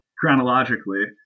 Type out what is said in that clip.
chronologically